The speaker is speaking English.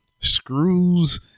screws